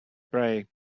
prey